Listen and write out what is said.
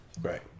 Right